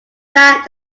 that